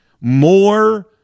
more